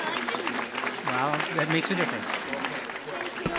you know i'm getting delirious. well, that makes a difference. okay the question,